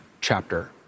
chapter